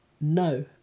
no